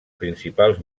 principals